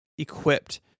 Equipped